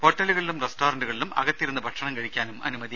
ഹോട്ടലുകളിലും റസ്റ്റോറന്റുകളിലും അകത്തിരുന്ന് ഭക്ഷണം കഴിക്കാനും അനുമതി